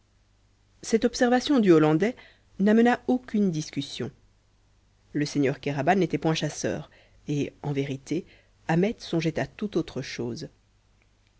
cette observation du hollandais n'amena aucune discussion le seigneur kéraban n'était point chasseur et en vérité ahmet songeait à tout autre chose